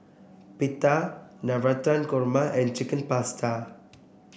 Pita Navratan Korma and Chicken Pasta